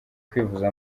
kwivuza